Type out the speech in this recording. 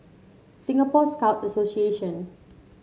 Singapore Scout Association